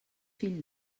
fill